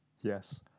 Yes